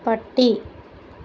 പട്ടി